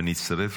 ונצטרף